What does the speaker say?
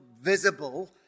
visible